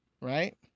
right